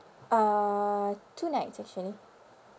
uh two nights actually